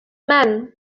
men